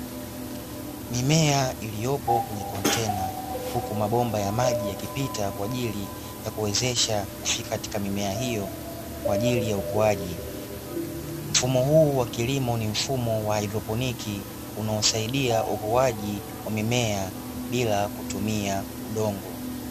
Mimea ikiwa kwenye kontena huku mabomba ya maji yakipita ilikuwezesha kufika katika mimea hiyo kwa ajili ya ukuwaji. Mfumo huu wa kilimo ni mfumo wa haidroponiki, husaidia ukuwaji wa mimea bila kutumia udongo.